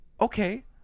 Okay